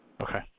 okay